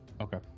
Okay